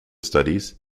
studies